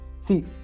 See